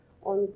Und